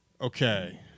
Okay